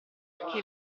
che